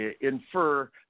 infer